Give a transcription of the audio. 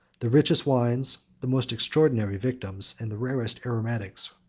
the richest wines, the most extraordinary victims, and the rarest aromatics,